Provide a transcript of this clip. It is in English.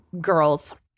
girls